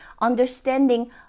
understanding